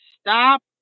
stop